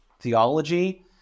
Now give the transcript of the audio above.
theology